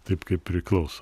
taip kaip priklauso